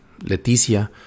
Leticia